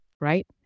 Right